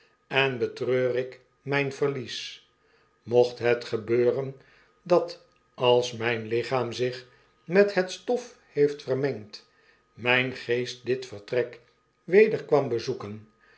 en betreur ik mijn verlies mocht het gebeuren dat als mijn jichaam zich met het stof heeft vermengd myn geest dit vertrek weder kwam bezoeken